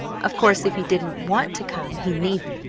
of course if he didn't want to come he needn't!